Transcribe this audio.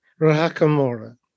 Rahakamora